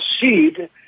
seed